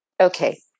okay